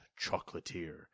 Chocolatier